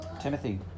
Timothy